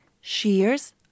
shears